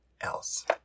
else